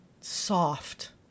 soft